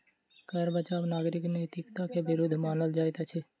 कर बचाव नागरिक नैतिकता के विरुद्ध मानल जाइत अछि